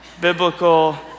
biblical